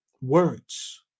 words